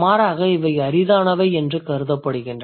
மாறாக இவை அரிதானவை என்று கருதப்படுகின்றன